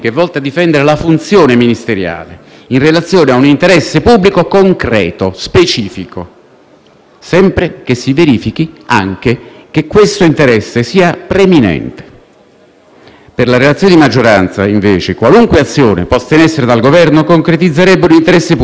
sempre che si verifichi anche che questo interesse sia preminente. Per la relazione di maggioranza, invece, qualunque azione posta in essere dal Governo concretizzerebbe un interesse pubblico, addirittura sempre preminente, con l'effetto paradossale - uno dei tanti paradossi della relazione di maggioranza